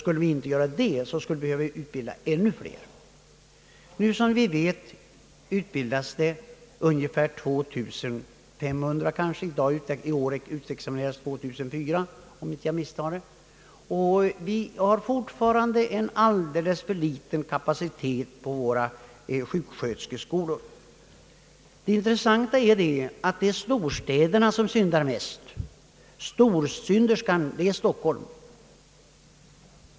Skulle vi inte göra så, skulle ännu fler behöva utbildas. Nu utbildas årligen, som vi vet, ungefär 2 500 sköterskor — i år utexamineras 2400, om jag inte misstar mig. Vi har fortfarande en alldeles för liten intagningskapacitet på våra sjuksköterskeskolor. Det intressanta är att det är storstäderna som syndar mest i detta avseende. Storsynderskan heter Stockholm.